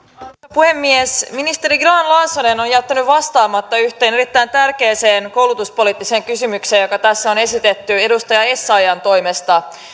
puhemies ministeri grahn laasonen on on jättänyt vastaamatta yhteen erittäin tärkeään koulutuspoliittiseen kysymykseen joka tässä on esitetty edustaja essayahn toimesta